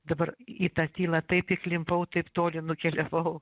dabar į tą tylą taip įklimpau taip toli nukeliavau